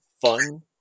fun